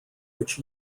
which